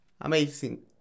Amazing